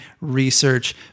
research